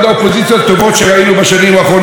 אופוזיציה מאתגרת ולוחמנית,